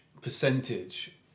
percentage